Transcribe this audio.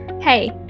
Hey